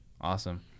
Awesome